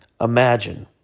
Imagine